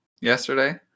yesterday